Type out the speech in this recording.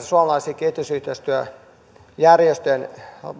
suomalaisten kehitysyhteistyöjärjestöjen